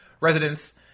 residents